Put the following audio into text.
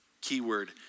keyword